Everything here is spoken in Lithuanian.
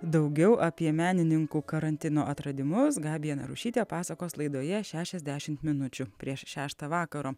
daugiau apie menininkų karantino atradimus gabija narušytė pasakos laidoje šešiasdešimt minučių prieš šeštą vakaro